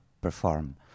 perform